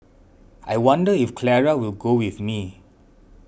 I wonder if Clara will go with me